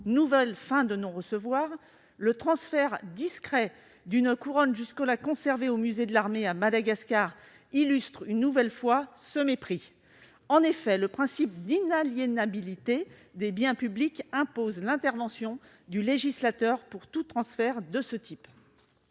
nouvelle fin de non-recevoir. Le transfert discret à Madagascar d'une couronne jusqu'à présent conservée au musée de l'Armée illustre une nouvelle fois ce mépris. En effet, le principe d'inaliénabilité des biens publics impose l'intervention du législateur pour tout transfert de ce type.